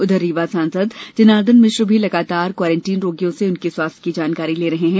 उधर रीवा सांसद जनार्देन मिश्र भी लगातार क्वारंटीन रोगियों से उनके स्वास्थ्य जानकारी ले रहे हैं